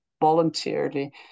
voluntarily